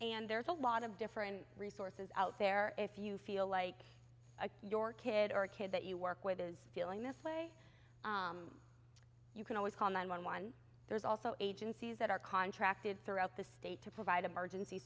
and there's a lot of different resources out there if you feel like your kid or a kid that you work with is feeling this way you can always call nine one one there's also agencies that are contracted throughout the state to provide emergency